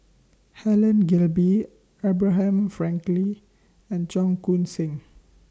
Helen Gilbey Abraham Frankel and Cheong Koon Seng